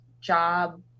job